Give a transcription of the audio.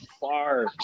far